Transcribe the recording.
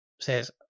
says